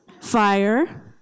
fire